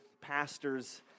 pastors